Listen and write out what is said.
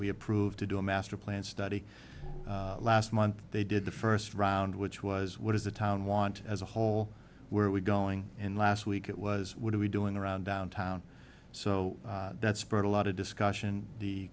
we approved to do a master plan study last month they did the first round which was what does the town want as a whole were we going in last week it was what do we doing around downtown so that spurred a lot of discussion the